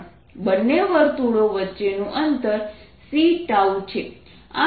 બંને વર્તુળો વચ્ચેનું અંતર c છે